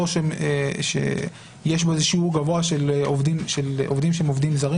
יש בו איזה שיעור גבוה של עובדים זרים,